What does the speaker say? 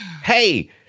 Hey